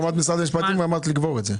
אמרת משרד המשפטים אמרת לקבור את זה.